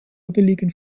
adeligen